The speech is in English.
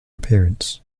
appearance